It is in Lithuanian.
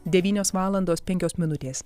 devynios valandos penkios minutės